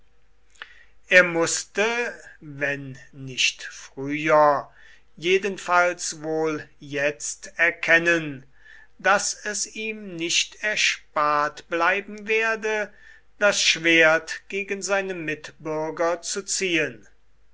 er mußte wenn nicht früher jedenfalls wohl jetzt erkennen daß es ihm nicht erspart bleiben werde das schwert gegen seine mitbürger zu ziehen